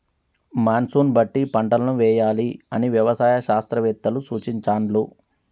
monsoon బట్టి పంటలను వేయాలి అని వ్యవసాయ శాస్త్రవేత్తలు సూచించాండ్లు